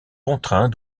contraint